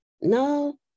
no